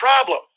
problem